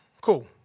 cool